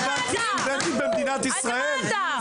ומה אתה?